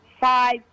five